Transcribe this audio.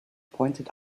pointed